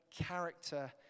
character